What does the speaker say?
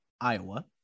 Iowa